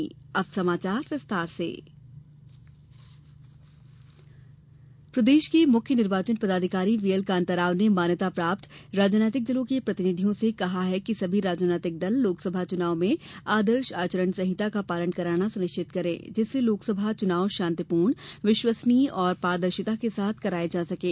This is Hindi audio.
कांताराव प्रदेश के मुख्य निर्वाचन पदाधिकारी वीएल कान्ताराव ने मान्यता प्राप्त राजनैतिक दलों के प्रतिनिधियों से कहा है कि सभी राजनैतिक दल लोकसभा चुनाव में आदर्श आचरण संहिता का पालन कराना सुनिश्चित करें जिससे लोकसभा चुनाव शान्तिपूर्ण विश्वसनीय और पारदर्शिता के साथ कराया जा सकें